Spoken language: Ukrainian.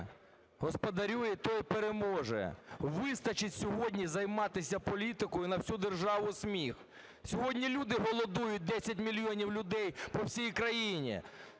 господарює, той переможе". Вистачить сьогодні займатися політикою – на всю державу сміх. Сьогодні люди голодують, 10 мільйонів людей по всій країні.